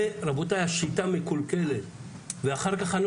רבותיי, השיטה מקולקלת ואחר כך אנחנו